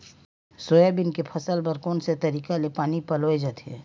Soybean के फसल बर कोन से तरीका ले पानी पलोय जाथे?